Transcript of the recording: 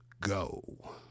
go